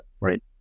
Right